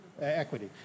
equity